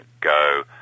Go